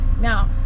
Now